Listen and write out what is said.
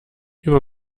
über